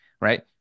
right